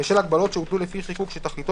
בשל הגבלות שהוטלו לפי חיקוק שתכליתו